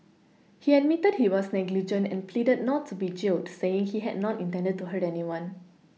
he admitted he was negligent and pleaded not to be jailed saying he had not intended to hurt anyone